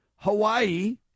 Hawaii